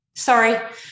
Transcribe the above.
Sorry